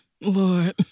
Lord